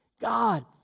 God